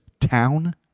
town